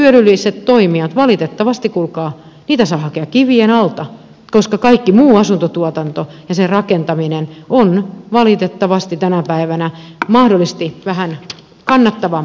yleishyödyllisiä toimijoita valitettavasti kuulkaa saa hakea kivien alta koska kaikki muu asuntotuotanto ja rakentaminen on valitettavasti tänä päivänä mahdollisesti vähän kannattavampaa